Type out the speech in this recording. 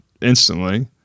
instantly